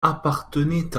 appartenait